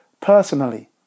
personally